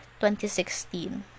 2016